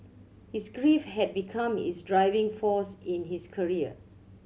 his grief had become his driving force in his career